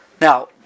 Now